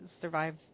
survive